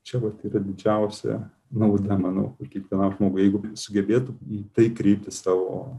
čia vat yra didžiausia nauda manau kiekvienam žmogui jeigu sugebėtų į tai kreipti savo